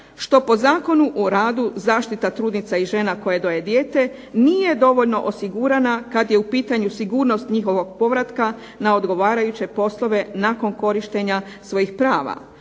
što po Zakonu o radu zaštita trudnica i žena koje doje dijete, nije dovoljno osigurana kada je u pitanju sigurnost njihovog povratka na odgovarajuće poslove nakon korištenja svojih prava.